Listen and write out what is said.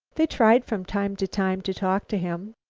they tried from time to time, to talk to him,